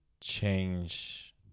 change